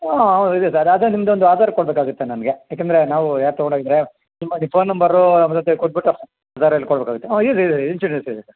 ಹಾಂ ಹೌದು ಇದೆ ಸರ್ ಆದರೆ ನಿಮ್ಮದೊಂದು ಆಧಾರ್ ಕೊಡಬೇಕಾಗುತ್ತೆ ನನಗೆ ಯಾಕೆಂದರೆ ನಾವು ಯಾರು ತಗೊಂಡು ಹೋಗಿದರೆ ನಿಮ್ಮದಿ ಫೋನ್ ನಂಬರೂ ಆಮೇಲೆ ತೆಗ್ದುಕೊಟ್ಬಿಟ್ಟು ದಾರೆಲ್ ಕೊಡಬೇಕಾಗುತ್ತೆ ಹಾಂ ಇರ್ ಇರ್ ಇನ್ಶೂರೆನ್ಸ್ ಇರುತ್ತೆ